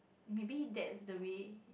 maybe that's the way